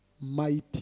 mighty